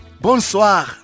bonsoir